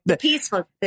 peaceful